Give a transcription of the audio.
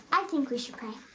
i think we should pray.